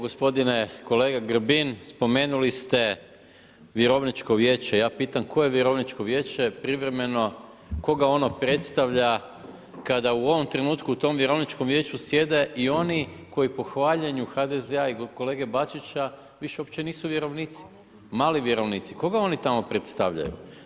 Gospodine kolega Grbin, spomenuli ste vjerovničko viječe, ja pitam koje vjerovničko vijeće privremeno, koga ono predstavlja kada u ovom trenutku u tom vjerovničkom vijeću sjede i oni koji po hvaljenju HDZ-a i kolege Bačića više uopće nisu vjerovnici, mali vjerovnici, koga oni tamo predstavljaju?